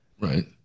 right